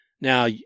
Now